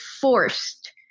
forced